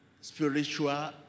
spiritual